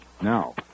Now